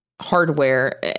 hardware